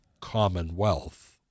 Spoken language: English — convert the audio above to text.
Commonwealth